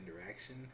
interaction